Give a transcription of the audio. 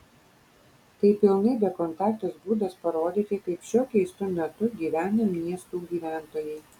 tai pilnai bekontaktis būdas parodyti kaip šiuo keistu metu gyvena miestų gyventojai